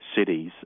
cities